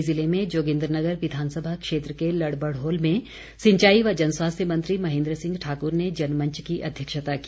मंडी जिले में जोगिन्द्रनगर विधानसभा क्षेत्र के लड़भड़ोल में सिंचाई व जनस्वास्थ्य मंत्री महेंद्र सिंह ठाकुर ने जनमंच की अध्यक्षता की